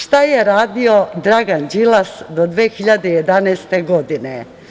Šta je radio Dragan Đilas do 2011. godine?